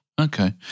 Okay